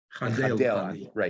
right